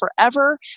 forever